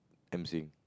emceeing